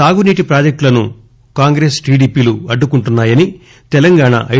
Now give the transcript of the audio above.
సాగునీటి ప్రాజెక్టులను కాంగ్రెస్ టిడిపి పార్టీలు అడ్డుకుంటున్నా యని తెలంగాణ ఐ